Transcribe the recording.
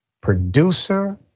producer